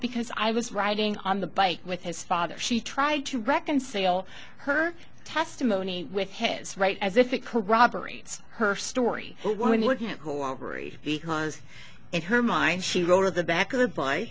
because i was writing on the bike with his father she tried to reconcile her testimony with his right as if it corroborates her story because in her mind she wrote of the back of he